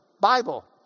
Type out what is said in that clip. Bible